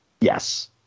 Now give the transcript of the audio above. Yes